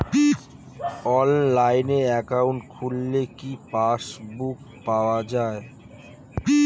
অনলাইনে একাউন্ট খুললে কি পাসবুক পাওয়া যায়?